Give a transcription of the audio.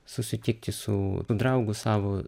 susitikti su draugu savo